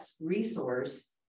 resource